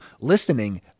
listening